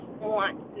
want